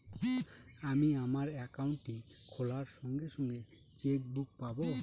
আমি আমার একাউন্টটি খোলার সঙ্গে সঙ্গে চেক বুক পাবো?